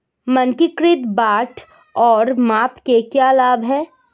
मानकीकृत बाट और माप के क्या लाभ हैं?